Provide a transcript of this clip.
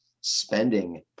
spending